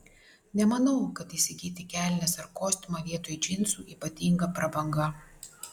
nemanau kad įsigyti kelnes ar kostiumą vietoj džinsų ypatinga prabanga